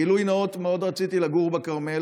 גילוי נאות: מאוד רציתי לגור בכרמל.